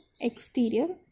exterior